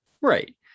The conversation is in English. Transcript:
Right